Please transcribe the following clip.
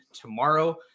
tomorrow